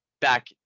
back